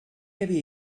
havia